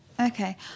Okay